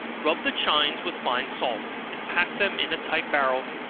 rub the chines with fine salt, and pack them in a tight barrel,